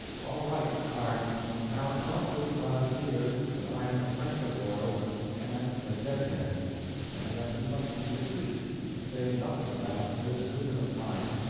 all right, clarence now tell this lad here that i'm a friend of yours and a dead-head and that he must be discreet and say nothing about this visit of mine.